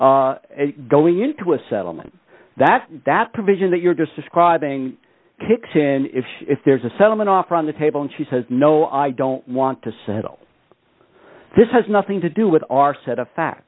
y going into a settlement that that provision that you're just describing kicks in if there's a settlement offer on the table and she says no i don't want to settle this has nothing to do with our set